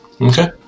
Okay